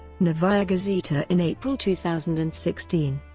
novaya gazeta in april two thousand and sixteen.